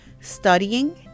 studying